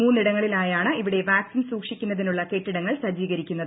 മൂന്നിടങ്ങളിലായാണ് ഇവിടെ വാക്സിൻ സൂക്ഷിക്കുന്നതിനുള്ള കെട്ടിടങ്ങൾ സജ്ജീകരിക്കുന്നത്